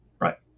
Right